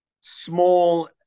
small